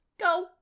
go